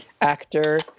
actor